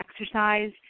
exercise